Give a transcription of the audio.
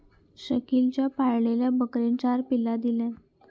शकिलच्या पाळलेल्या बकरेन चार पिल्ला दिल्यान